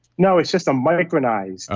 no, it's just a micronized,